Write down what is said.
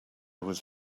was